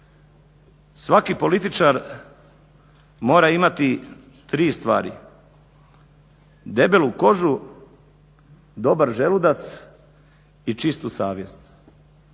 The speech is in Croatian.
Svaki političar mora imati tri stvari: debelu kožu, dobar želudac i čistu savjest,